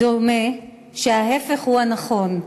דומה שההפך הוא הנכון.